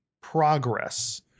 progress